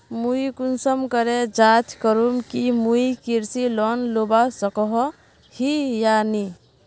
मुई कुंसम करे जाँच करूम की मुई कृषि लोन लुबा सकोहो ही या नी?